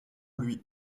lui